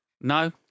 No